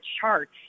charts